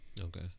okay